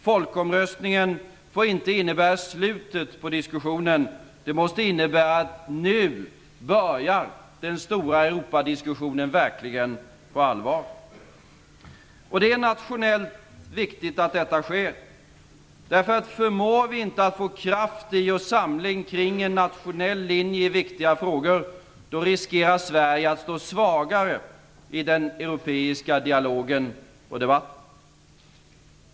Folkomröstningen får inte innebära slutet på diskussionen. Den måste innebära att nu börjar den stora Europadiskussionen på allvar. Det är nationellt viktigt att detta sker. Förmår vi inte att få kraft i och samling kring en nationell linje i viktiga frågor, riskerar Sverige att stå svagt i den europeiska dialogen och debatten.